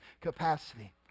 capacity